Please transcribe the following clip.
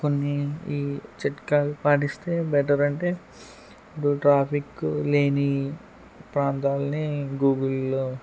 కొన్ని ఈ చిట్కాలు పాటిస్తే బెటర్ అంటే ఇప్పుడు ట్రాఫిక్ లేని ప్రాంతాల్ని గూగుల్లో